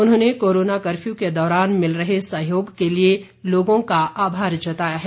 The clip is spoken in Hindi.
उन्होंने कोरोना कर्फ्यू के दौरान मिल रहे सहयोग के लिए लोगों का आभार जताया है